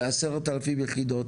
או ל-10,000 יחידות,